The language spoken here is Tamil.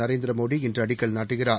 நரேந்திர மோடி இன்று அடிக்கல் நாட்டுகிறார்